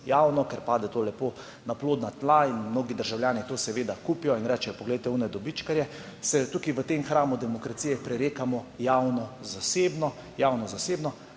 javno, ker pade to lepo na plodna tla in mnogi državljani to seveda kupijo in rečejo, poglejte one dobičkarje, se v tem hramu demokracije prerekamo, javno-zasebno, javno-zasebno,